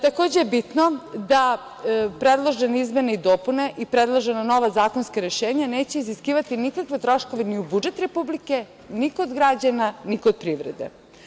Takođe je bitno da predložene izmene i dopune i predložena nova zakonska rešenja neće iziskivati nikakve troškove ni u budžet Republike, ni kod građana, ni kod privrede.